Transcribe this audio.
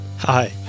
Hi